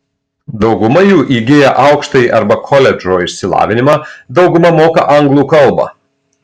dauguma jų įgiję aukštąjį arba koledžo išsilavinimą dauguma moka anglų kalbą